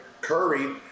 Curry